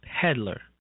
peddler